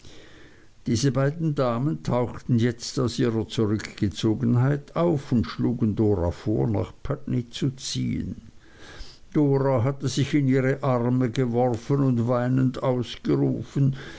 diese beiden damen tauchten jetzt aus ihrer zurückgezogenheit auf und schlugen dora vor nach putney zu ziehen dora hatte sich in ihre arme geworfen und weinend ausgerufen